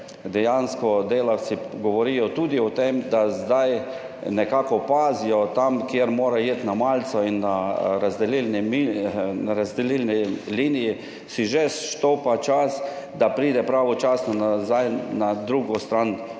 prakse delavci govorijo tudi o tem, da zdaj nekako pazijo, tam, kjer mora iti na malico, na razdelilni liniji si že štopa čas, da pride pravočasno nazaj na drugo stran